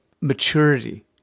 maturity